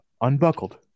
unbuckled